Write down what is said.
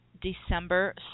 December